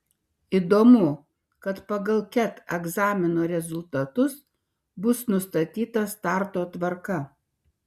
įdomu kad pagal ket egzamino rezultatus bus nustatyta starto tvarka